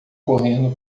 correndo